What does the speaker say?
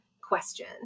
question